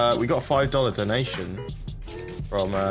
we got donation from a